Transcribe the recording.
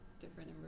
different